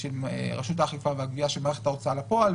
של ה-40,000,